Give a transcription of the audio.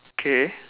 K